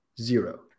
Zero